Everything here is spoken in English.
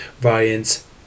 variants